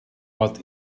but